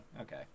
okay